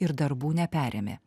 ir darbų neperėmė